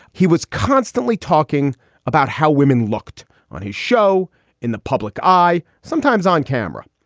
he was constantly talking about how women looked on his show in the public eye, sometimes on camera.